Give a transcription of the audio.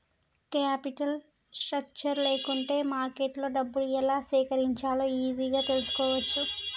capital structure లేకుంటే మార్కెట్లో డబ్బులు ఎలా సేకరించాలో ఈజీగా తెల్సుకోవచ్చు